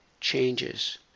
changes